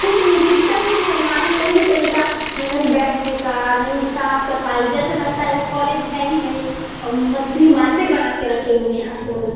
कुछ सिस्टम ही नहीं है वहाँ पर कोई भी तरीका नहीं बैठने का नहीं साफ सफाई जैसे लगता है उ कौलेज है ही नहीं मछली मार्केट बना के रखे हुए हैं आप लोग